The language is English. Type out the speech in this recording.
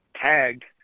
tagged